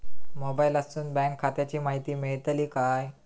मोबाईलातसून बँक खात्याची माहिती मेळतली काय?